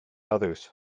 others